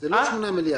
זה לא 8 מיליארד,